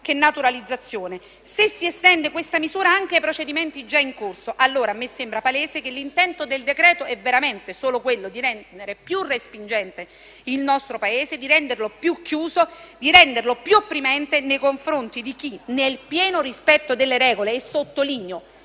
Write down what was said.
la naturalizzazione, e se si estende questa misura anche ai procedimenti già in corso, allora mi sembra palese che l'intento del decreto-legge è veramente solo quello di rendere più respingente il nostro Paese, di renderlo più chiuso e più opprimente, nei confronti di chi, nel pieno rispetto delle regole - lo sottolineo